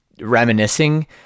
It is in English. reminiscing